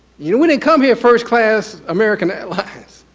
you wouldn't come here first-class american.